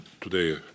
today